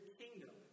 kingdom